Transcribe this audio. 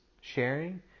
sharing